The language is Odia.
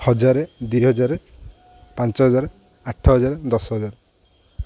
ହଜାର ଦୁଇହଜାରେ ପାଞ୍ଚ ହଜାର ଆଠ ହଜାର ଦଶ ହଜାର